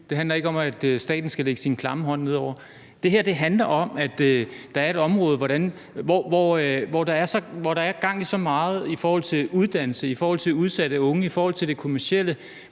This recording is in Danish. det handler ikke om, at staten skal lægge sin klamme hånd ned over det. Det her handler om, at der er et område, hvor der er gang i så meget i forhold til uddannelse, i forhold til udsatte unge, i forhold til det kommercielle,